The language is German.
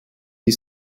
die